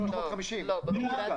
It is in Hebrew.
350 מיליון.